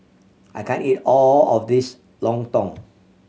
I can't eat all of this lontong